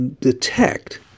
detect